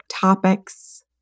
topics